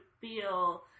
feel